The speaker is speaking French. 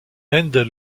haendel